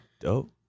Dope